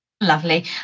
Lovely